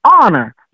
honor